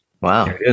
Wow